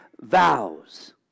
vows